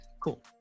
Cool